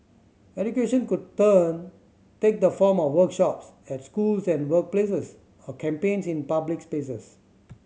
education could turn take the form of workshops at schools and workplaces or campaigns in public spaces